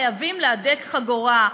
חייבים להדק חגורה.